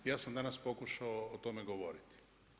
Ja sam danas pokušao o tome govoriti.